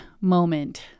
moment